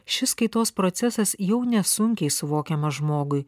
šis kaitos procesas jau nesunkiai suvokiamas žmogui